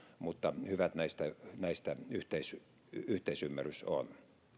mutta hyvä yhteisymmärrys näistä on